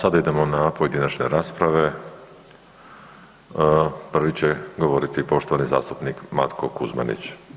A sada idemo na pojedinačne rasprave, prvi će govoriti poštovani zastupnik Matko Kuzmanić.